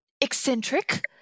Eccentric